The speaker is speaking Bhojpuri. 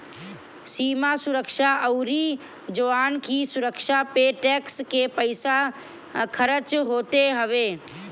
सीमा सुरक्षा अउरी जवान की सुविधा पे टेक्स के पईसा खरच होत हवे